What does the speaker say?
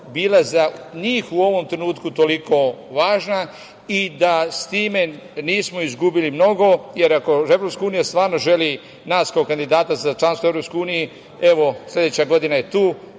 bila za njih u ovom trenutku toliko važna i da sa time nismo izgubili mnogo, jer ako EU stvarno nas želi kao kandidata za članstvo u EU, evo, sledeća godina je tu,